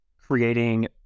creating